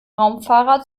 raumfahrer